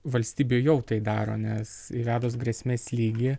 valstybė jau tai daro nes įvedus grėsmės lygį